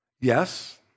Yes